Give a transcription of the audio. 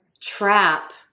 trap